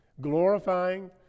glorifying